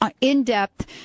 in-depth